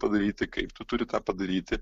padaryti kaip tu turi tą padaryti